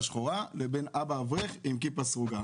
שחורה לבין אבא אברך עם כיפה סרוגה.